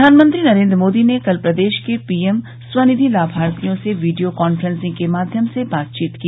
प्रधानमंत्री नरेन्द्र मोदी ने कल प्रदेश के पीएम स्वनिधि लाभार्थियों से वीडियो कांफ्रेंसिंग के माध्यम से बातचीत की